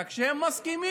רק שהם מסכימים.